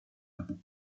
rift